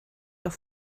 doch